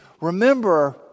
remember